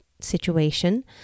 situation